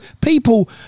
people